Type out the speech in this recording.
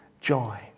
joy